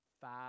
five